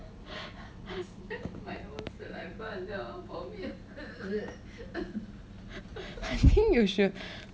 I think you should